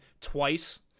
twice